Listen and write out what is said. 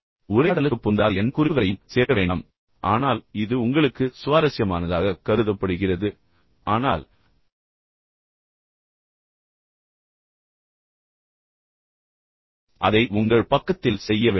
உரையாடலுக்கு பொருந்தாத எந்த குறிப்புகளையும் சேர்க்க வேண்டாம் ஆனால் ஆனால் இது உங்களுக்கு சுவாரஸ்யமானதாகக் கருதப்படுகிறது ஆனால் அதை உங்கள் பக்கத்தில் செய்ய வேண்டாம்